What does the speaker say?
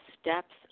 steps